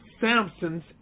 Samson's